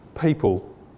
people